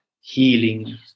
healing